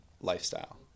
lifestyle